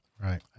Right